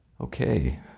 Okay